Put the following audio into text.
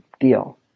deal